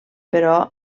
però